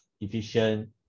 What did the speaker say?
efficient